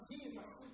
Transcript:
Jesus